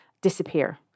disappear